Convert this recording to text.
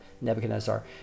Nebuchadnezzar